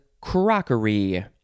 crockery